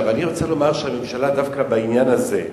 אני רוצה לומר שהממשלה דווקא בעניין הזה,